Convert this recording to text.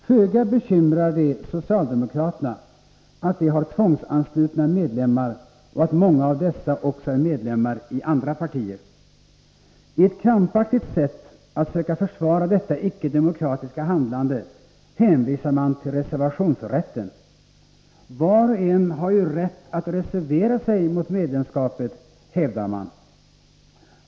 Föga bekymrar det socialdemokraterna att de har tvångsanslutna medlemmar och att många av dessa också är medlemmar i andra partier. I ett krampaktigt sätt att söka försvara detta icke-demokratiska handlande hänvisar man till reservationsrätten. Var och en har ju rätt att reservera sig mot medlemskapet, hävdar man.